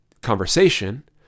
conversation